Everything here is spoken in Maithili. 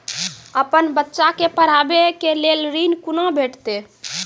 अपन बच्चा के पढाबै के लेल ऋण कुना भेंटते?